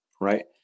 right